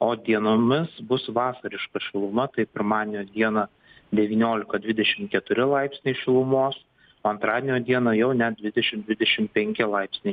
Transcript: o dienomis bus vasariška šiluma kaip pirmadienio dieną devyniolika dvidešimt keturi laipsniai šilumos o antradienio dieną jau net dvidešimt dvidešimt penki laipsniai